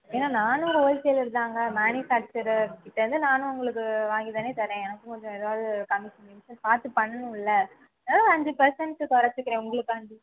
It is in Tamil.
ஏன்னா நானும் ஒரு ஹோல்சேலர்தாங்க மேனிஃப்பேக்சருக்கிட்டர்ந்து நானும் உங்களுக்கு வாங்கித்தானே தரேன் எனக்கும் கொஞ்சம் எதாவது கமிஷன் கிமிஷன் பார்த்து பண்ணணுல்ல அதான் அஞ்சு பர்சன்ட் குறச்சிக்கிறேன் உங்களுக்காண்டி